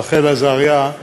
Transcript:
רחל עזריה,